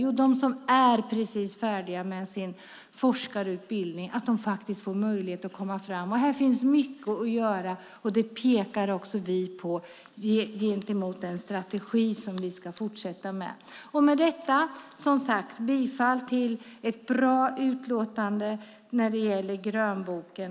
Jo, det är de som precis är färdiga med sin forskarutbildning, och det är viktigt att de får möjlighet att komma fram. Här finns mycket att göra, och det pekar också vi på gentemot den strategi som vi ska fortsätta med. Med detta yrkar jag bifall till ett bra utlåtande om grönboken.